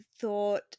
thought